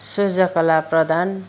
Suryakala Pradhan